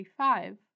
35